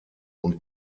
und